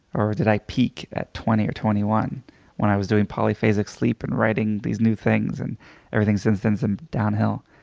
or did i peak at twenty or twenty one when i was doing polyphasic sleep and writing these new things, and everything since then seems downhill?